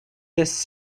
this